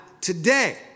today